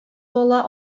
бала